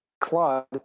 Claude